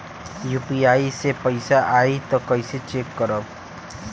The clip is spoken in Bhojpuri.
यू.पी.आई से पैसा आई त कइसे चेक करब?